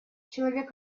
человек